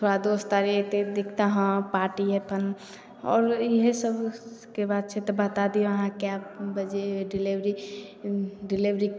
थोड़ा दोस्त आर अएतै दिखतै हँ पार्टी हइ अपन आओर इएहसबके बात छै तऽ बता दिअऽ अहाँ कै बजे डिलिवरी डिलिवरी